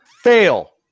Fail